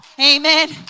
amen